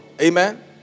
Amen